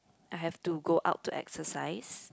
I have to go out to exercise